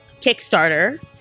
Kickstarter